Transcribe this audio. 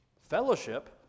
Fellowship